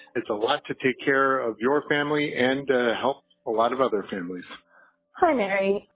it's a lot to take care of your family and help a lot of other families hi, mary.